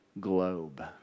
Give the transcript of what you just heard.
globe